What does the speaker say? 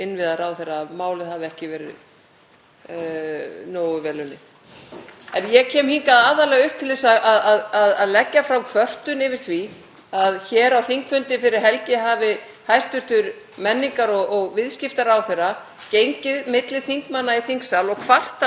að hér á þingfundi fyrir helgi hafi hæstv. menningar- og viðskiptaráðherra gengið milli þingmanna í þingsal og kvartað yfir því að þingmenn, stjórnarliðar (Forseti hringir.) og stjórnarandstöðuþingmenn, væru að taka þátt í mjög eðlilegri umræðu. Það er algerlega ótækt